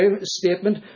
statement